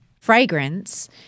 fragrance